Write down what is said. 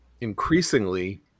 Increasingly